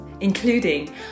including